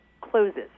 closes